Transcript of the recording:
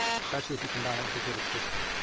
especially if you combine it with a good assistant.